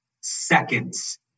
seconds